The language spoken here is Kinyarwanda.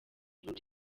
king